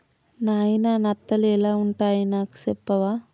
నాయిన నత్తలు ఎలా వుంటాయి నాకు సెప్పవా